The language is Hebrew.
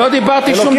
לא דיברתי מספיק.